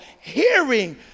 hearing